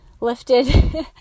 lifted